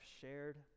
shared